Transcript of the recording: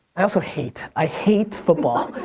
i also hate, i hate football.